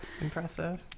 Impressive